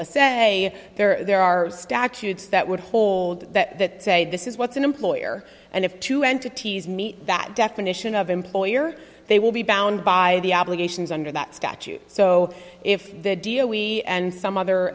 say there are statutes that would hold that say this is what's an employer and if two entities meet that definition of employer they will be bound by the obligations under that statute so if the deal we and some other